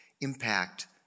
impact